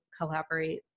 collaborate